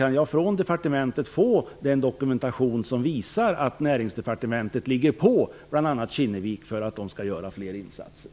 Kan jag få en dokumentation från departementet som visar att Näringsdepartementet ligger på bl.a. Kinnevik för att de skall göra fler insatser?